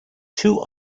two